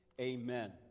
Amen